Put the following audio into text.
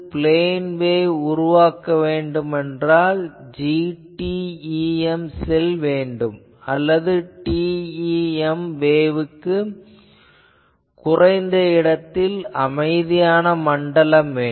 நாம் plane wave உருவாக்க வேண்டுமென்றால் GTEM செல் வேண்டும் அல்லது TEM வேவ் க்கு குறைந்த இடத்தில் அமைதியான மண்டலம் வேண்டும்